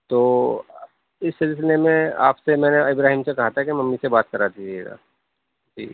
تو اِس سلسلے میں آپ سے میں نے ابراہیم سے کہا تھا کہ ممی سے بات کرا دیجیے گا جی